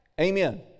Amen